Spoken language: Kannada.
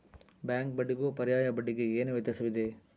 ಬ್ಯಾಂಕ್ ಬಡ್ಡಿಗೂ ಪರ್ಯಾಯ ಬಡ್ಡಿಗೆ ಏನು ವ್ಯತ್ಯಾಸವಿದೆ?